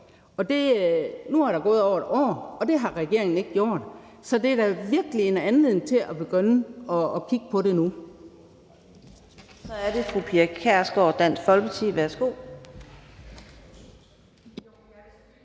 om. Nu er der gået over et år, og det har regeringen ikke gjort, så det er da virkelig en anledning til at begynde at kigge på det nu. Kl. 10:38 Fjerde næstformand (Karina Adsbøl): Så er det fru